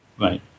Right